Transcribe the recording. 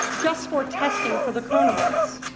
just for testing for the coronavirus.